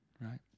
right